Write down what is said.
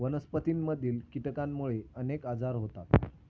वनस्पतींमधील कीटकांमुळे अनेक आजार होतात